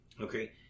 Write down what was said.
Okay